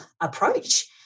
approach